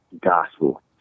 gospel